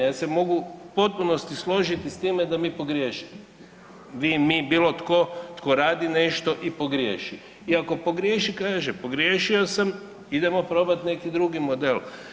Ja se mogu u potpunosti složiti s time da mi pogriješimo, vi, mi, bilo tko, tko radi nešto i pogriješi i ako pogriješi kaže pogriješio sam idemo probati neki drugi model.